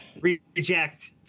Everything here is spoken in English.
Reject